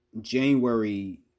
January